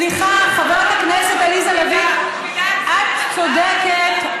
סליחה, חברת הכנסת עליזה לביא, את צודקת.